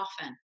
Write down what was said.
often